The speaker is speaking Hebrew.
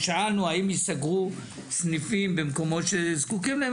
שאלנו האם יסגרו סניפים במקומות שזקוקים להם?